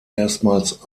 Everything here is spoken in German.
erstmals